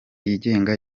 yigenga